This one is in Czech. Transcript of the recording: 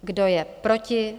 Kdo je proti?